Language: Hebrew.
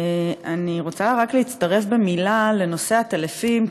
אני רוצה רק להצטרף במילה לנושא העטלפים,